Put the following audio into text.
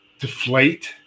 deflate